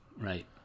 right